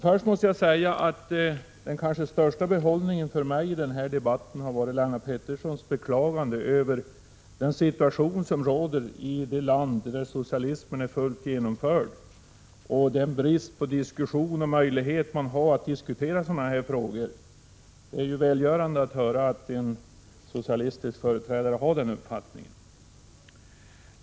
Först måste jag dock säga att den kanske största behållningen för mig av den här debatten har varit Lennart Petterssons beklagande över den situation som råder i det land där socialismen är fullt genomförd och den brist på möjligheter man där har att diskutera sådana här frågor. Det är välgörande att höra att en socialistisk företrädare har den uppfattningen!